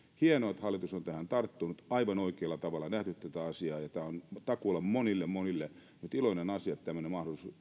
hienoa että hallitus on tähän tarttunut aivan oikealla tavalla nähnyt tätä asiaa tämä on takuulla monille monille nyt iloinen asia että tämmöinen